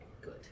Good